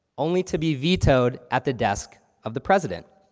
only to be vetoed at the desk of the president.